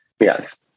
Yes